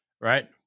right